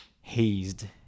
hazed